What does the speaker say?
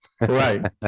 right